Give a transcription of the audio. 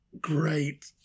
great